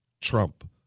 Trump